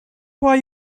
why